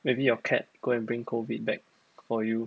maybe your cat go and bring COVID for you